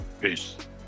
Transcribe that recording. Peace